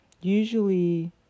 usually